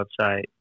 website